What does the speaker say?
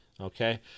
Okay